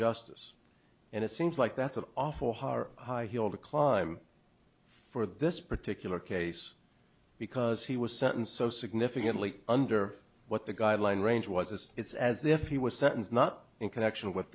justice and it seems like that's an awful high hill to climb for this particular case because he was sentenced so significantly under what the guideline range was it's as if he was sentence not in connection with